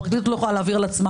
הפרקליטות לא יכולה להעביר על עצמה